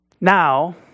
Now